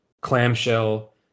clamshell